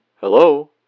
Hello